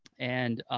and